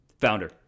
Founder